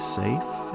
safe